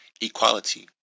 equality